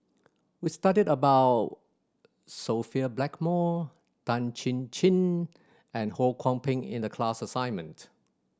we studied about Sophia Blackmore Tan Chin Chin and Ho Kwon Ping in the class assignment